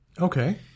Okay